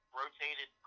rotated